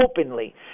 openly